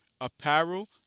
apparel